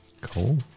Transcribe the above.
Cool